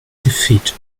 defeat